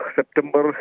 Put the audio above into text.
September